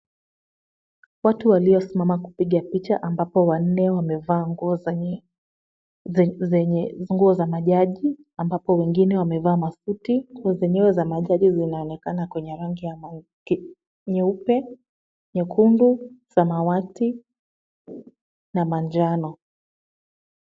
Watu waliosimama kupiga picha ambapo wanne wamevaa nguo za majaji ambapo wengine wamevaa masuti. Nguo zenyewe za majaji zinaonekana kwa nyeupe, nyekundu, samawati na manjano.